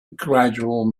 gradual